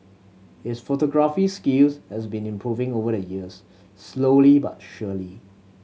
his photography skills have been improving over the years slowly but surely